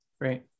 great